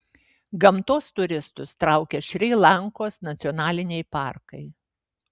gamtos turistus traukia šri lankos nacionaliniai parkai